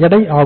ஆகும்